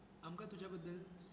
आमकां तुजे बद्दल सांग